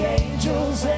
angels